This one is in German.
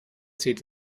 zieht